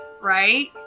right